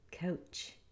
coach